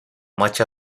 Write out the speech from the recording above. much